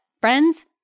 Friends